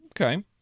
Okay